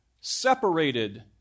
separated